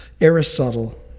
Aristotle